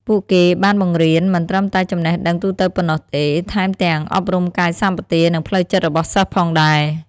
ពួកគេបានបង្រៀនមិនត្រឹមតែចំណេះដឹងទូទៅប៉ុណ្ណោះទេ ថែមទាំងអប់រំកាយសម្បទា និងផ្លូវចិត្តរបស់សិស្សផងដែរ។